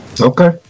Okay